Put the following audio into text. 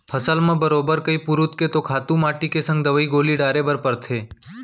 फसल म बरोबर कइ पुरूत के तो खातू माटी के संग दवई गोली डारे बर परथे